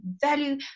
value